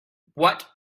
what